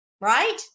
right